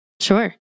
Sure